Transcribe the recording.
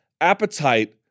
appetite